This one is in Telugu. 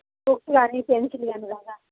బుక్స్ కానీ పెన్సిల్ కానీ కదా